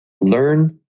learn